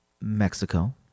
Mexico